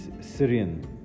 Syrian